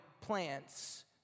plants